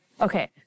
Okay